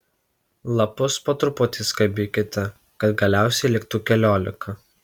lapus po truputį skabykite kad galiausiai liktų keliolika